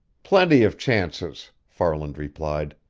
plenty of chances, farland replied.